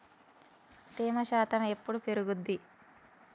తేమ శాతం ఎప్పుడు పెరుగుద్ది?